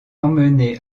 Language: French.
emmener